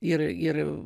ir ir